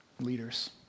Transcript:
leaders